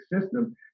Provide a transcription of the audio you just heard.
system